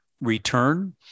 return